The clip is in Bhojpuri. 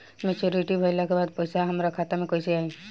मच्योरिटी भईला के बाद पईसा हमरे खाता में कइसे आई?